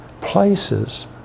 places